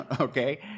okay